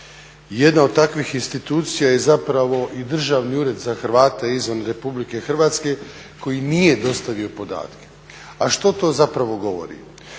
Jedna od takvih institucija je zapravo i Državni ured za Hrvate izvan RH koji nije dostavio podatke. A što to zapravo govori?